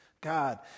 God